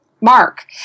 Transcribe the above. mark